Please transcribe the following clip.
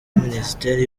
minisiteri